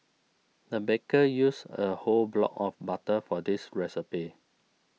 the baker used a whole block of butter for this recipe